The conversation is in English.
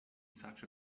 such